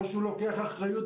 בבקשה.